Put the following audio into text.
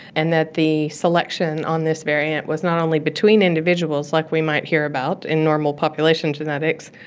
and that the selection on this variant was not only between individuals like we might hear about in normal population genetics,